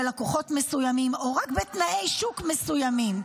לקוחות מסוימים או רק בתנאי שוק מסוימים.